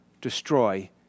destroy